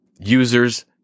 users